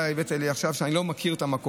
רכבת לבין מחסומים של רכבת,